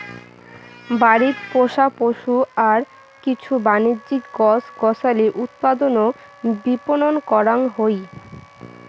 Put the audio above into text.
বাড়িত পোষা পশু আর কিছু বাণিজ্যিক গছ গছালি উৎপাদন ও বিপণন করাং হই